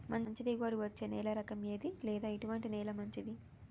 మంచి దిగుబడి ఇచ్చే నేల రకం ఏది లేదా ఎటువంటి నేల మంచిది?